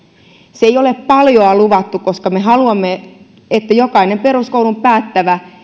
se ei ole paljon luvattu koska me haluamme että jokainen peruskoulun päättävä